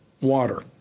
water